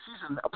season